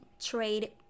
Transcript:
trade